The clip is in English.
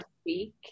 speak